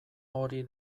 hori